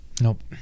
nope